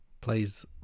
plays